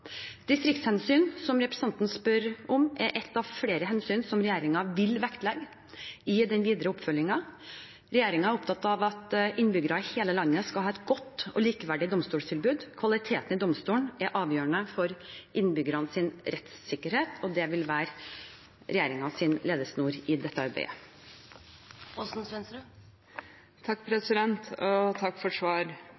Distriktshensyn, som representanten spør om, er ett av flere hensyn som regjeringen vil vektlegge i den videre oppfølgingen. Regjeringen er opptatt av at innbyggerne i hele landet skal ha et godt og likeverdig domstoltilbud. Kvaliteten i domstolen er avgjørende for innbyggernes rettssikkerhet, og det vil være regjeringens rettesnor i dette arbeidet.